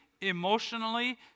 emotionally